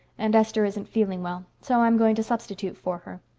and esther isn't feeling well. so i'm going to substitute for her.